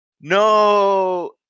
No